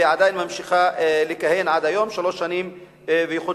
ועדיין ממשיכה לכהן עד היום, שלוש שנים וחודשיים.